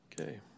Okay